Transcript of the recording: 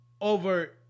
over